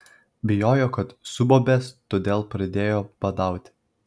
bijojo kad subobės todėl pradėjo badauti